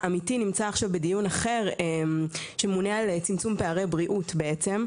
עמיתי נמצא כעת בדיון אחר פה בכנסת שעונה על צמצום פערי בריאות בעצם,